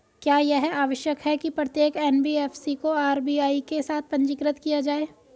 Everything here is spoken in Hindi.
क्या यह आवश्यक है कि प्रत्येक एन.बी.एफ.सी को आर.बी.आई के साथ पंजीकृत किया जाए?